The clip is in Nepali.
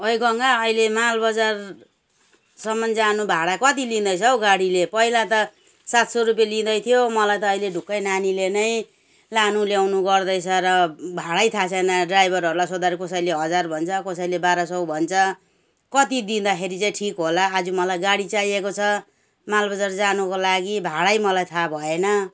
ओ गङ्गा अहिले मालबजारसम्म जानु भाडा कति लिँदैछ हौ गाडीले पहिला त सात सय रुपे लिँदै थियो मलाई त अहिले ढुक्कै नानीले नै लानु ल्याउनु गर्दैछ र भाडै थाहा छैन ड्राइभरहरूलाई सोद्धा कसैले हजार भन्छ कसैले बाह्र सय भन्छ कति दिँदाखेरि चाहिँ ठिक होला आज मलाई गाडी चाहिएको छ मालबजार जानुको लागि भाडै मलाई थाहा भएन